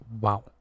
wow